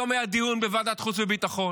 היום היה דיון בוועדת החוץ והביטחון.